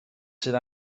sydd